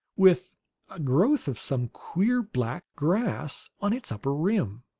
with a growth of some queer, black grass on its upper rim.